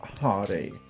Hardy